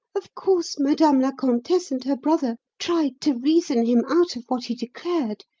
of course, madame la comtesse and her brother tried to reason him out of what he declared,